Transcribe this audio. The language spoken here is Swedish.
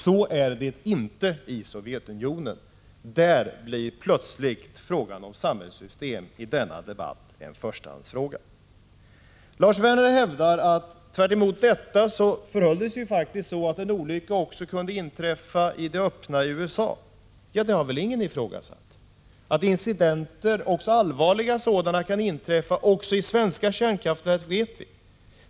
Så är det inte i Sovjetunionen. Där blir plötsligt frågan om samhällssystem i denna debatt en förstahandsfråga. Lars Werner hävdar att det faktiskt förhåller sig så att en olycka också kunde inträffa i det öppna USA. Det har väl ingen ifrågasatt. Att incidenter, allvarliga sådana också, kan inträffa även i svenska kärnkraftverk vet vi.